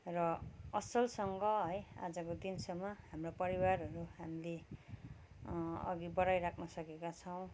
र असलसँग है आजको दिनसम्म हाम्रो परिवारहरू हामीले अघि बढाइराख्नु सकेका छौँ